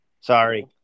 Sorry